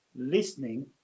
listening